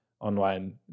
online